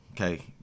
Okay